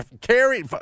carry